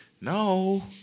no